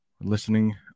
listening